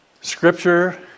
Scripture